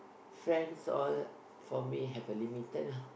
friends all for me have a limited ah